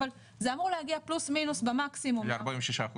אבל זה אמור להגיע פלוס מינוס במקסימום ל --- ל-46%.